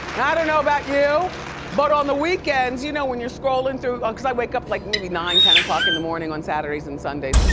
i don't know about you but on the weekends you know when you're scrolling through. cause i wake up like maybe nine, ten o'clock in the morning on saturdays and sundays.